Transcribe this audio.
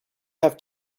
have